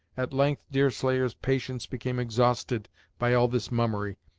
at length deerslayer's patience became exhausted by all this mummery,